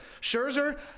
Scherzer